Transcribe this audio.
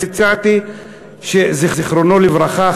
הצעתי שזיכרונו לברכה,